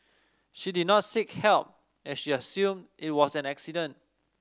she did not seek help as she assumed it was an accident